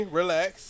relax